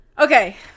Okay